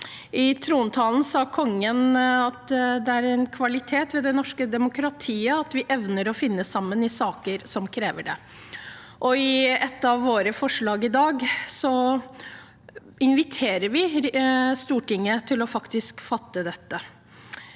I trontalen sa Kongen at det er en kvalitet ved det norske demokratiet at vi evner å finne sammen i saker som krever det. I et av forslagene vi fremmer i dag, invi terer vi Stortinget til å gjøre nettopp det.